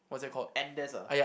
Andes ah